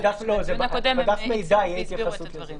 בדף המידע תהיה התייחסות לזה.